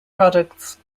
products